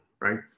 right